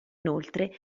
inoltre